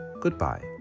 goodbye